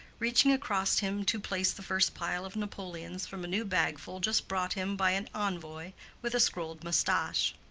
reaching across him to place the first pile of napoleons from a new bagful just brought him by an envoy with a scrolled mustache.